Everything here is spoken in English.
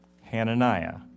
Hananiah